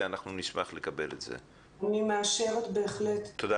כולם